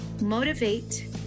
motivate